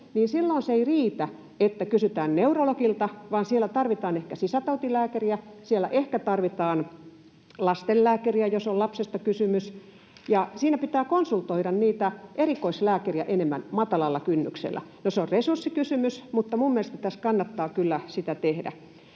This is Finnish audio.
ja silloin se ei riitä, että kysytään neurologilta, vaan siellä tarvitaan ehkä sisätautilääkäriä, siellä ehkä tarvitaan lastenlääkäriä, jos on lapsesta kysymys. Siinä pitää konsultoida niitä erikoislääkärejä enemmän matalalla kynnyksellä. No, se on resurssikysymys, mutta minun mielestäni tässä kannattaa kyllä sitä tehdä.